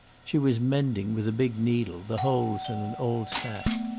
she was mending with a big needle the holes in an old sack,